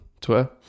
Twitter